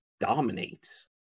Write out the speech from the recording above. dominates